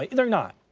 they're not.